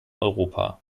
europa